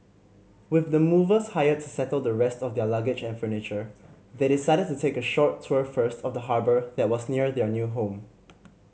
with the movers hired to settle the rest of their luggage and furniture they decided to take a short tour first of the harbour that was near their new home